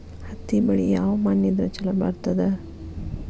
ಹತ್ತಿ ಬೆಳಿ ಯಾವ ಮಣ್ಣ ಇದ್ರ ಛಲೋ ಬರ್ತದ?